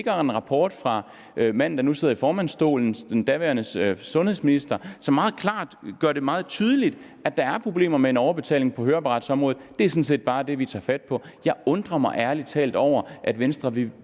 en rapport fra manden, der nu sidder i formandsstolen, den daværende sundhedsminister, som meget klart gør det meget tydeligt, at der er problemer med en overbetaling på høreapparatområdet, og det er sådan set bare det, vi tager fat på. Jeg undrer mig ærlig talt over, at Venstre vil